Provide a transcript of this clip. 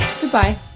goodbye